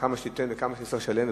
וכמה שתיתן וכמה שתצטרך לשלם,